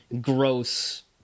gross